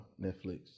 Netflix